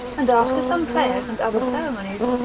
and after some prayers and other ceremonies,